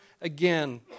again